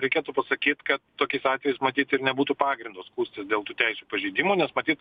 reikėtų pasakyt kad tokiais atvejais matyt ir nebūtų pagrindo skųstis dėl tų teisių pažeidimo nes matyt